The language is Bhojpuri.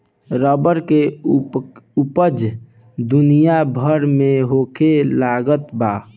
रबर के ऊपज दुनिया भर में होखे लगल बा